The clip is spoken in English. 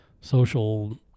social